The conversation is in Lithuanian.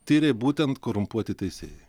tiria būtent korumpuoti teisėjai